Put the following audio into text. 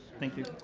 thank you.